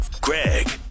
Greg